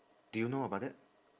do you know about that